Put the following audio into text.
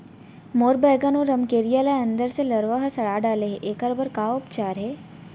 मोर बैगन अऊ रमकेरिया ल अंदर से लरवा ह सड़ा डाले हे, एखर बर का उपचार हे?